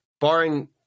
barring